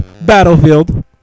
Battlefield